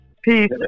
Peace